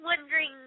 wondering